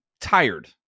tired